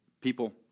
people